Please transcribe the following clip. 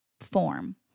form